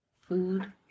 food